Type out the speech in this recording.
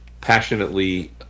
passionately